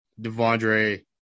Devondre